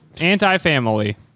Anti-family